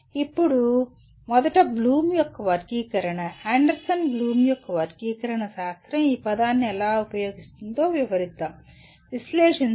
ఇప్పుడు మొదట బ్లూమ్ యొక్క వర్గీకరణ అండర్సన్ బ్లూమ్ యొక్క వర్గీకరణ శాస్త్రం ఈ పదాన్ని ఎలా ఉపయోగిస్తుందో వివరిద్దాం విశ్లేషించండి